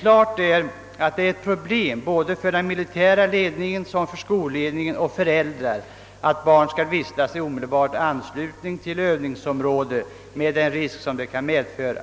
Klart är emellertid att det är ett problem både för den militära led ningen, för skolledningen och för föräldrarna, att barnen skall vistas i omedelbar anslutning till övningsområdet med de risker detta medför.